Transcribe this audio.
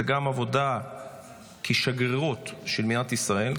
זה גם עבודה כשגרירות של מדינת ישראל,